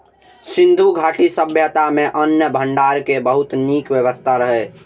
सिंधु घाटी सभ्यता मे अन्न भंडारण के बहुत नीक व्यवस्था रहै